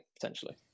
potentially